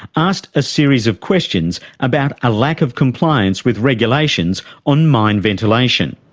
asked a series of questions about a lack of compliance with regulations on mine ventilation.